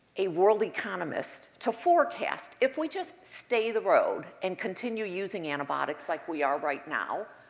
a world economist to forecast, if we just stay the road and continue using antibiotics like we are right now,